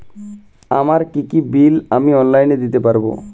আর কি কি বিল আমি অনলাইনে দিতে পারবো?